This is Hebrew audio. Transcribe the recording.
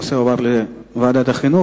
הנושא הועבר לוועדת החינוך.